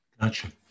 Gotcha